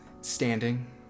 standing